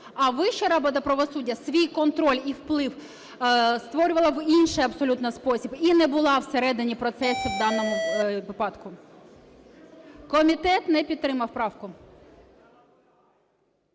а Вища рада правосуддя свій контроль і вплив створювала в інший абсолютно спосіб і не була всередині процесу в даному випадку. Комітет не підтримав правку.